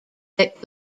that